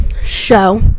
show